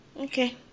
okay